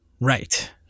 right